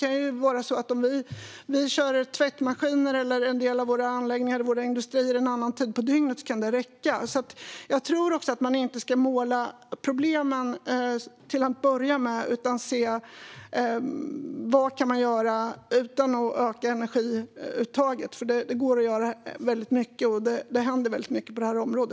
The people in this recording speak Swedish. Det kan vara så att om vi kör tvättmaskiner, en del av våra anläggningar eller våra industrier på en annan tid på dygnet kan det räcka. Jag tror därför inte att man ska måla upp problemen till att börja med utan se vad man kan göra utan att öka energiuttaget. Det går nämligen att göra väldigt mycket, och det händer väldigt mycket på detta område.